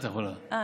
את יכולה בנושא אחר.